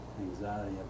anxiety